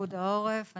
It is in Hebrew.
אני